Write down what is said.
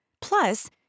Plus